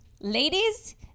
Ladies